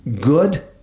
good